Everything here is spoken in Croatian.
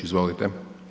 Izvolite.